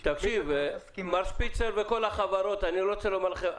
תקשיב, מר שפיצר וכל החברות אני רוצה להגיד לכם: